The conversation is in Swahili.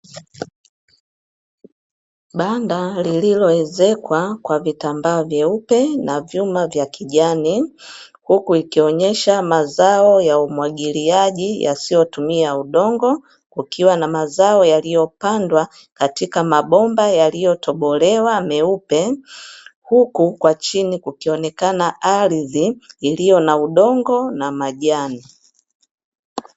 Banda lililoezekwa kwa vitambaa vyeupe na vyuma vya kijani, huku ikionyesha mazao ya umwagiliaji yasiyotumia udongo, kukiwa na mazao yaliyopandwa katika mabomba yaliyotobolewa meupe, huku kwa chini kukioneka ardhi iliyo na udongo na majani.